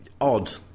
odd